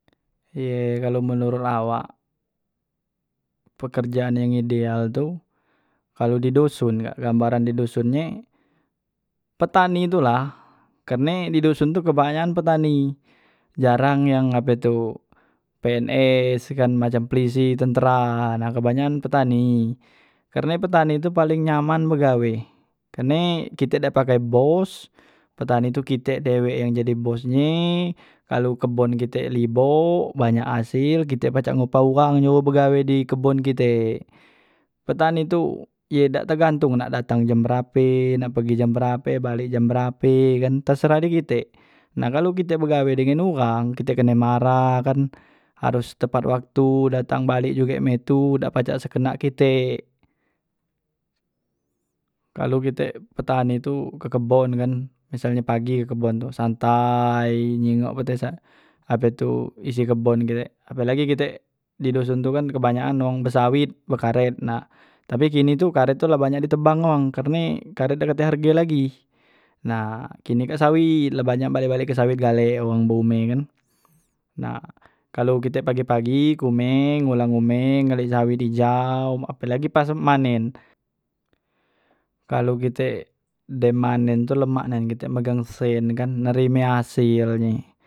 Ye kalo menurut awak pekerjaan yang ideal tu kalu di duson kak gambaran di duson nye petani tulah karne di duson tu kebanyakan petani jarang yang ape tu pns kan macam pulisi tentra nah kebanyakan petani karne petani tu paling nyaman begawe karne kite dak pake bos petani tu kite dewek yang jadi bos nye kalu kebon kite libo banyak asil kite pacak ngupah uwang nyuruh begawe di kebon kite petani tu ye dak tegantung ye nak datang jam berape nak pegi jam berape balek jam berape kan terserah di kite nah kalu kite begawe dengan uwang kite kene marah kan harus tepat waktu datang balek juge mek itu dak cak sekenak kite, kalu kite petani tu ke kebon kan misal nye pagi ke kebon tu santai nyingok cak ape tu isi kebon kite apelagi kite di duson tu banyak an wong be sawit be karet nah tapi kini tu karet la banyak di tebang wang karne karet dak tek harge lagi nah kini kak sawit la banyak balik balik ke sawit gale wang be umeh kan, nah kalu kite pagi pagi ke humeh, ngulang humeh, ngalih sawit hijau apelagi pas manen, kalu kite dem manen tu lemak nian kan megang sen, nerime hasilnye